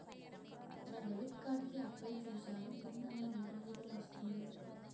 నా debit card కి apply చూసాను పిన్ నంబర్ ఎన్ని రోజుల్లో వస్తుంది?